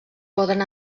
poden